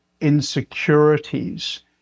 insecurities